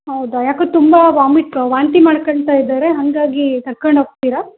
ಹೌದಾ ಯಾಕೋ ತುಂಬ ವಾಮಿಟ್ ವಾಂತಿ ಮಾಡ್ಕೊಂತ ಇದ್ದಾರೆ ಹಾಗಾಗಿ ಕರ್ಕೊಂಡು ಹೋಗ್ತೀರಾ